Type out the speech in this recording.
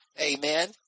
Amen